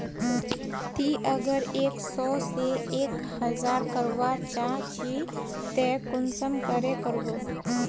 ती अगर एक सो से एक हजार करवा चाँ चची ते कुंसम करे करबो?